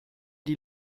die